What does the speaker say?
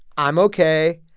i'm ok.